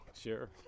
Sure